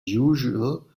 usual